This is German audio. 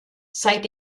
seit